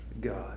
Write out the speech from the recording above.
God